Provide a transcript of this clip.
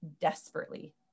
desperately